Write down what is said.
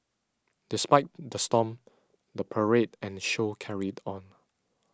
despite the storm the parade and show carried on